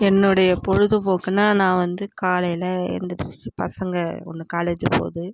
என்னுடைய பொழுதுபோக்குனால் நான் வந்து காலையில் எழுந்திருச்சி பசங்கள் ஒன்று காலேஜ் போகுது